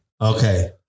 Okay